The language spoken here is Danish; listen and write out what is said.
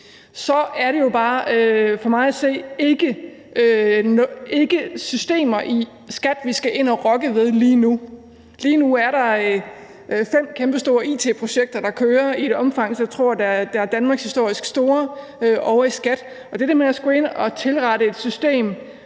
– er det jo bare for mig at se ikke systemer i skattevæsenet, vi skal ind og rokke ved lige nu. Lige nu er der fem kæmpestore it-projekter, der kører ovre i skattevæsenet i et omfang, som jeg tror er danmarkshistorisk stort. Og det der med at skulle ind og tilrette et system